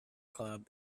club